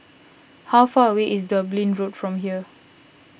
how far away is Dublin Road from here